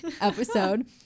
episode